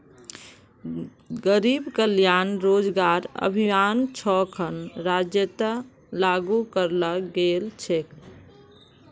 गरीब कल्याण रोजगार अभियान छो खन राज्यत लागू कराल गेल छेक